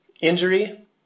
Injury